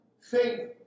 faith